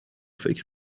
فکر